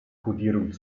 kodierung